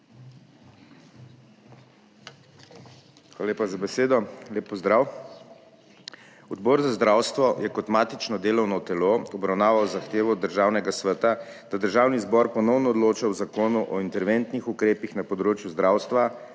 Hvala lepa za besedo. Lep pozdrav! Odbor za zdravstvo je kot matično delovno telo obravnaval zahtevo Državnega sveta, da Državni zbor ponovno odloča o Zakonu o interventnih ukrepih na področju zdravstva,